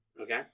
Okay